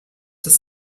das